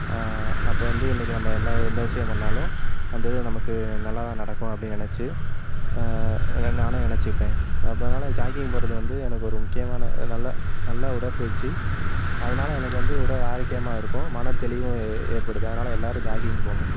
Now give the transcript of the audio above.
அப்போ வந்து இன்றைக்கு நம்ம எல்லா எந்த விஷயம் பண்ணாலும் அந்த இது நமக்கு நல்லதாக நடக்கும் அப்படின்னு நினச்சி நானே நினச்சிப்பேன் அப்போ அதனால் ஜாக்கிங் போகிறது வந்து எனக்கு ஒரு முக்கியமான நல்ல நல்ல உடற்பயிற்சி அதனால் எனக்கு வந்து உடல் ஆரோக்கியமாக இருக்கும் மன தெளிவும் ஏ ஏற்படுது அதனால் எல்லாரும் ஜாக்கிங் போங்கள்